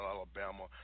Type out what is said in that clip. Alabama